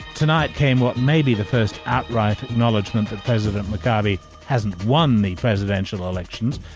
tonight came what may be the first outright acknowledgement that president mugabe hasn't won the presidential elections,